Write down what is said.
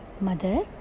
Mother